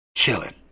chilling